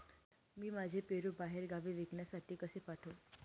मी माझे पेरू बाहेरगावी विकण्यासाठी कसे पाठवू?